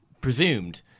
presumed